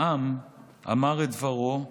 העם אמר את דברו,